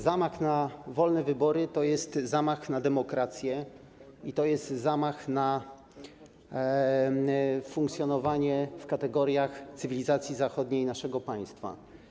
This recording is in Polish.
Zamach na wolne wybory to jest zamach na demokrację i to jest zamach na funkcjonowanie w kategoriach cywilizacji zachodniej naszego państwa.